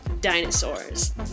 dinosaurs